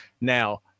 now